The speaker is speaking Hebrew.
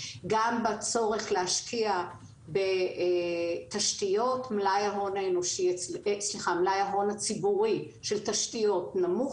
גם בצורך להשקיע בתשתיות מלאי ההון הציבורי של תשתיות נמוך